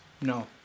no